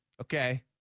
Okay